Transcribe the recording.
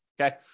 Okay